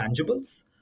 tangibles